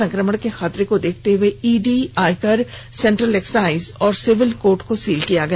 संक्रमण के खतरे को देखते हुए ईडी आयकर सेंट्रल एक्साइज व सिविल कोर्ट को सील किया गया